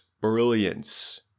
brilliance